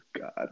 God